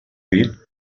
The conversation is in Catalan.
pit